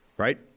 Right